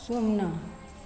शुन्ना